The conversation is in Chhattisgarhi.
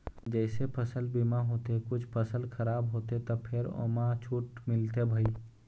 जइसे फसल बीमा होथे कुछ फसल खराब होथे त फेर ओमा छूट मिलथे भई